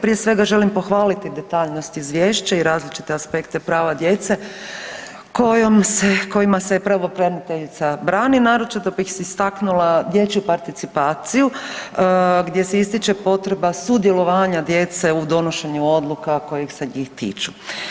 Prije svega želim pohvaliti detaljnost Izvješća i različite aspekte prava djece kojima se pravobraniteljica… [[ne razumije se]] Naročito bih istaknula dječju participaciju gdje se ističe potreba sudjelovanja djece u donošenju odluka koje se njih tiču.